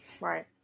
Right